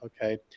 okay